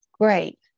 Great